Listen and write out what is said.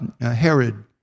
Herod